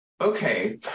Okay